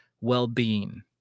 well-being